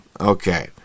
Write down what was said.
Okay